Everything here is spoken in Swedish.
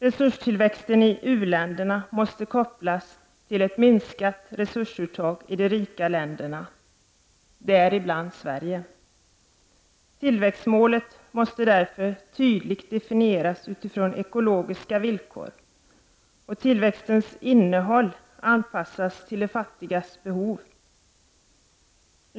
Resurstillväxten i uländerna måste kopplas till ett minskat resursuttag i de rika länderna, däribland Sverige. Tillväxtmålet måste därför tydligt definieras utifrån ekologiska villkor och tillväxtens innehåll anpassas till de fattigas behov.